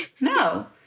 no